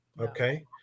okay